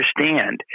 understand